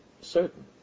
certain